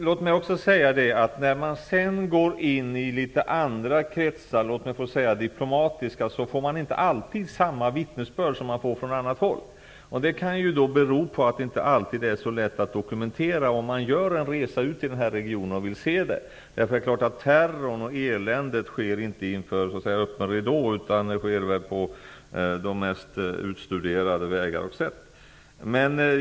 Fru talman! Låt mig få säga att vi från diplomatiska kretsar inte alltid får samma vittnesbörd som vi får från annat håll. Det kan bero på att det inte alltid är så lätt att dokumentera vad man ser om man gör en resa i regionen. Terrorn och eländet sker inte inför öppen ridå, utan på de mest utstuderade vägar och sätt.